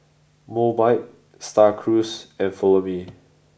Mobike Star Cruise and Follow Me